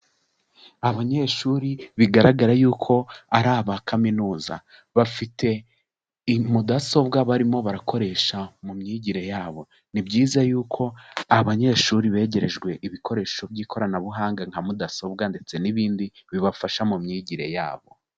Abanyeshuri bigaragara yuko ari aba kaminuza, bafite imudasobwa barimo barakoresha mu myigire ya bo, ni byiza yuko aba abanyeshuri begerejwe ibikoresho by'ikoranabuhanga nka mudasobwa ndetse n'ibindi bibafasha mu myigire ya bo.